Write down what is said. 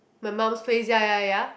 my mum's place ya ya ya